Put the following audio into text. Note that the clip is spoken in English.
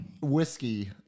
whiskey